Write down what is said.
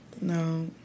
no